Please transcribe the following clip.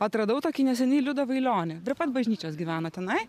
atradau tokį neseniai liudą vailionį prie pat bažnyčios gyveno tenai